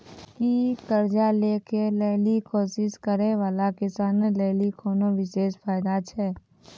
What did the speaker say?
कि कर्जा लै के लेली कोशिश करै बाला किसानो लेली कोनो विशेष फायदा छै?